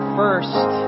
first